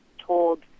told